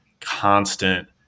constant